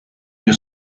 più